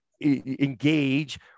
engage